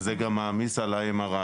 וזה גם מעמיס על ה-MRI.